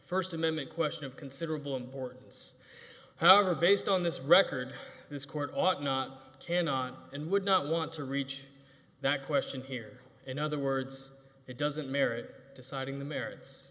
first amendment question of considerable importance however based on this record this court ought not cannot and would not want to reach that question here in other words it doesn't merit deciding the merits